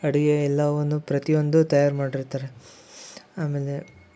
ಅಡಿಗೆ ಎಲ್ಲವನ್ನೂ ಪ್ರತಿಯೊಂದು ತಯಾರು ಮಾಡಿರ್ತಾರೆ ಆಮೇಲೆ